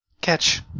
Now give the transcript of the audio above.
Catch